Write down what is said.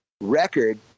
record